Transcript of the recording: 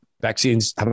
Vaccines